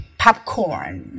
popcorn